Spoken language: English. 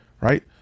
right